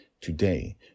Today